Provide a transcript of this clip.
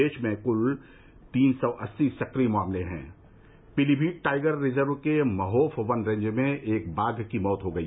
देश में कुल तीन सौ अस्सी सक्रिय मामले हैं पीलीभीत टाइगर रिजर्व के महोफ वन रेंज में एक बाघ की मौत हो गई